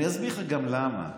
אני אסביר לך גם למה.